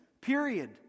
period